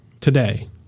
today